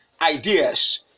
ideas